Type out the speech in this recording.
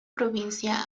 provincia